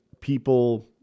people